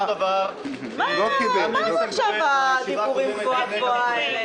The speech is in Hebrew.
אז מה זה עכשיו הדיבורים הגבוהים האלה?